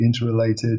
interrelated